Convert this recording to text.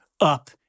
up